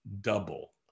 double